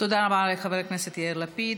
תודה רבה לחבר הכנסת יאיר לפיד.